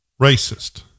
racist